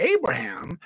Abraham